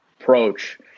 approach